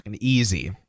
Easy